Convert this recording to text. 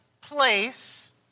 place